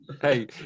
Hey